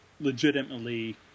legitimately